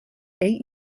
eight